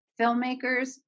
filmmakers